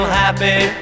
happy